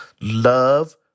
Love